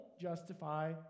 justify